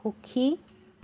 সুখী